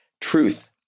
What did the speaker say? truth